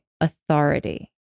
authority